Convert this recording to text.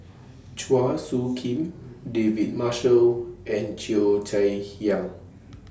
Chua Soo Khim David Marshall and Cheo Chai Hiang